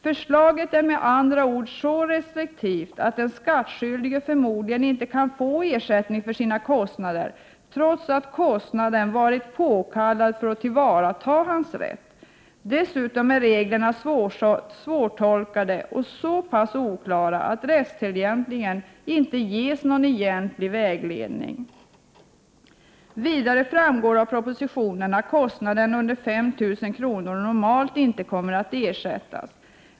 Förslaget är med andra ord så restriktivt att den skattskyldige förmodligen inte kan få ersättning för sina kostnader, trots att kostnaden varit påkallad för att tillvarata hans rätt. Dessutom är reglerna svårtolkade och så pass oklara att rättstillämpningen inte ges någon egentlig vägledning. Vidare framgår det av propositionen att kostnader under 5 000 kr. normalt inte kommer att ersättas.